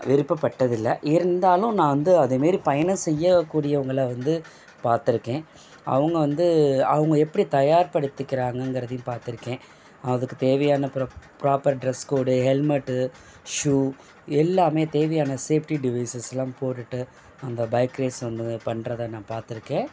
விருப்பப்பட்டது இல்லை இருந்தாலும் நான் வந்து அதே மாரி பயணம் செய்யக்கூடியவங்களை வந்து பார்த்திருக்கேன் அவங்க வந்து அவங்க எப்படி தயார்படுத்திக்கிறாங்கங்கிறதையும் பார்த்திருக்கேன் அதுக்கு தேவையான ப்ர proper dress code helmet shoe எல்லாமே தேவையான சேப்டி டிவைசஸ்செலாம் போட்டுகிட்டு அந்த பைக் ரேஸ் வந்து பண்ணுறத நான் பார்த்திருக்கேன்